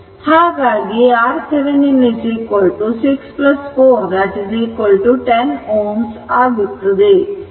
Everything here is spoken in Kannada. ಹಾಗಾಗಿ RThevenin 6 4 10 Ω ಆಗುತ್ತದೆ